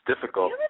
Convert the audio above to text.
Difficult